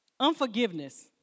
Unforgiveness